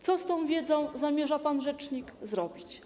Co z tą wiedzą zamierza pan rzecznik zrobić?